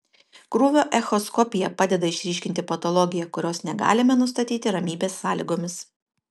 krūvio echoskopija padeda išryškinti patologiją kurios negalime nustatyti ramybės sąlygomis